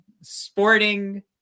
sporting